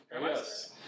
Yes